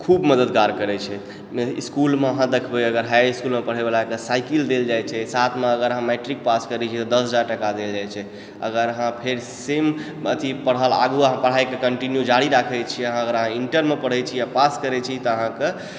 खूब मददगार करै छथि इलकुलमे अहाँ देखबै अगर हाई इसकुलमे पढ़ैवला के साइकिल देल जाइ छै साथमे अगर हम मैट्रिक पास करै छी तऽ दस हजार टाका देल जाइ छै आओर अगर अहाँ सेम पढ़ल अगर अथी आगू अहाँ पढ़ाइकेँ कन्टीन्यू अगर अहाँ जारी राखै छियै अगर अहाँ इण्टरमे अहाँ पढ़ै छी आओर पास करै छी तऽ अहाँकेँ